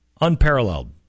unparalleled